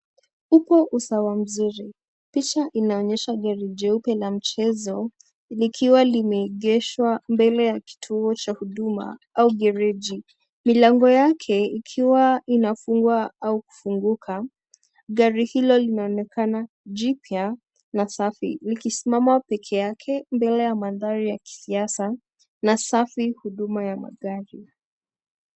Huku usawa mzuri picha inaonesha gari jeupe la mchezo likiwa limegeshwa mbele ya kituo cha huduma au gereji. Milango yake ikiwa inafungwa au kufunguka gari hilo linaonekana jipya na safi. Likisimama pekee yake mbele ya mandhari ya kisiasa na safi huduma ya magari.